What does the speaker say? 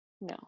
no